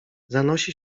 zanosi